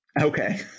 Okay